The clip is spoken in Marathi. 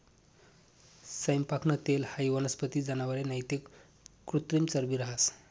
सैयपाकनं तेल हाई वनस्पती, जनावरे नैते कृत्रिम चरबी रहास